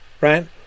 right